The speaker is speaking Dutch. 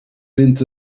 vindt